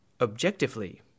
objectively